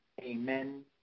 amen